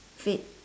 fad